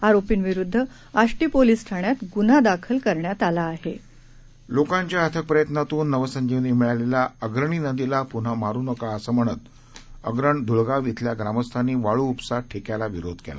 आरोपींविरूद्धआष्टीपोलीसठाण्यातगुन्हादाखलकरण्यातआलाआहे लोकांच्याअथकप्रयत्नातूननवसंजीवनीमिळालेल्या अग्रणी नदीलापुन्हामारूनका असंम्हणतअग्रणधूळगांवयेथीलग्रामस्थांनीवाळूउपसाठेक्यालाविरोधकेला